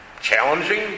challenging